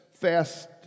fast